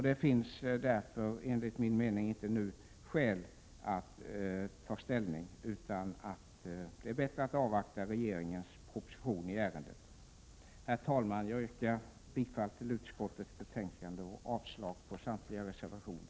Det finns därför enligt min mening inte anledning att nu ta ställning, utan det är bättre att avvakta regeringens proposition i ärendet. Herr talman! Jag yrkar bifall till utskottets hemställan och avslag på samtliga reservationer.